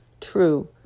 true